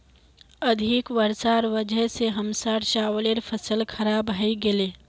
अधिक वर्षार वजह स हमसार चावलेर फसल खराब हइ गेले